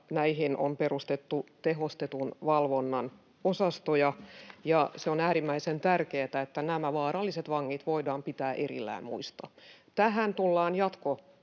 näihin on perustettu tehostetun valvonnan osastoja. Ja se on äärimmäisen tärkeätä, että nämä vaaralliset vangit voidaan pitää erillään muista. Tähän tullaan jatkopanostamaan